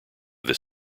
this